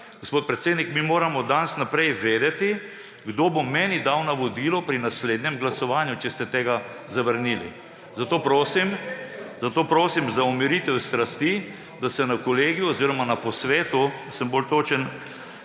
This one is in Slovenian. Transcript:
Gospod predsednik, mi moramo od danes naprej vedeti, kdo bo meni dal navodilo pri naslednjem glasovanju, če ste tega zavrnili. Zato prosim za umiritev strasti, da se na Kolegiju oziroma na posvetu, če sem bolj točen,